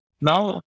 Now